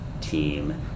team